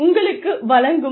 உங்களுக்கு வழங்கும்